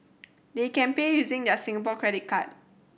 they can pay using their Singapore credit card